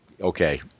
Okay